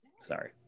sorry